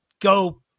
go